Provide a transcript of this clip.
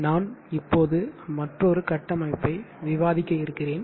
நான் இப்போது மற்றொரு கட்டமைப்பை விவாதிக்க இருக்கிறேன்